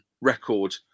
record